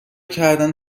کردن